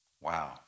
Wow